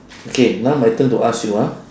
okay now my turn to ask you ah